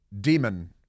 Demon